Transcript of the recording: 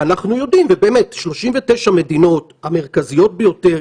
ואנחנו יודעים שבאמת ב-39 מדינות המרכזיות ביותר,